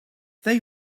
they